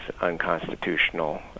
unconstitutional